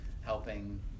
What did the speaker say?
helping